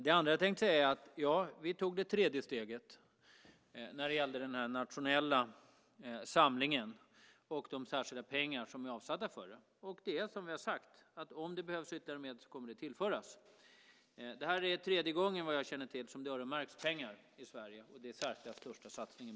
Det andra jag vill säga är: Ja, vi tog det tredje steget när det gällde den nationella samlingen och de särskilda pengar som är avsatta för denna. Och det är som vi har sagt: Om det behövs ytterligare medel kommer det att tillföras. Detta är tredje gången, vad jag känner till, som det öronmärks pengar i Sverige. Det är också den i särklass största satsningen.